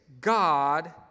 God